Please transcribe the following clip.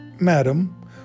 Madam